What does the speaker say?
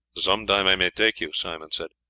some time i may take you, simon said,